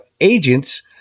agents